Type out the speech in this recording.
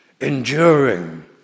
enduring